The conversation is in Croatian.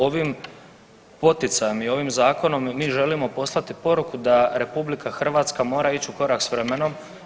Ovim poticajem i ovim zakonom mi želimo poslati poruku da RH mora ić u korak s vremenom.